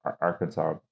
Arkansas